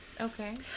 Okay